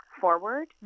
forward